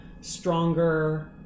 stronger